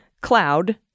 Cloud